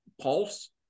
pulse